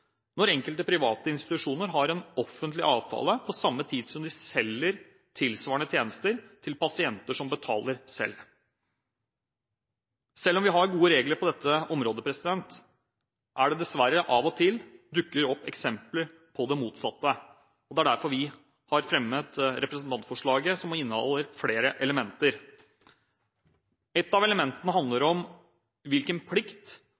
når enkelte private institusjoner har en offentlig avtale, på samme tid som de selger tilsvarende tjenester til pasienter som betaler selv. Selv om vi har gode regler på dette området, dukker det dessverre av og til opp eksempler på det motsatte. Det er derfor vi har fremmet representantforslaget som inneholder flere elementer. Et av elementene handler om hvilken plikt